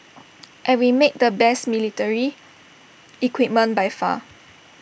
and we make the best military equipment by far